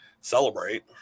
celebrate